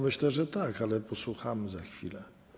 Myślę, że tak, ale posłuchamy za chwilę.